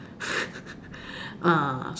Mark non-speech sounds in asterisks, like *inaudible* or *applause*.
*laughs* ah